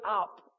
up